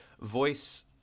voice